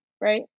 right